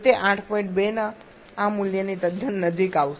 2 ના આ મૂલ્યની તદ્દન નજીક આવશે